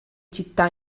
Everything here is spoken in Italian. città